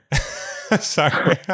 Sorry